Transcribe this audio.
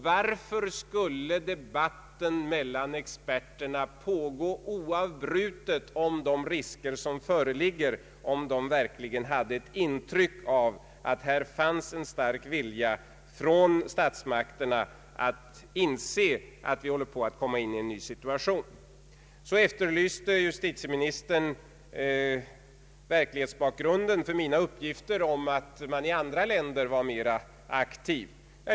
Varför skulle debatten mellan experterna om de risker som föreligger pågå oavbrutet, om de verkligen hade ett intryck av att här fanns en stark vilja hos statsmakterna att inse att vi håller på att hamna i en ny situation. Justitieministern efterlyste verklighetsbakgrunden till mina uppgifter om att man i andra länder var mera aktiv.